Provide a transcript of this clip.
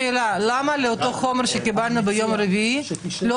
שאלה למה לאותו חומר שקיבלנו ביום רביעי לא